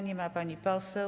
Nie ma pani poseł.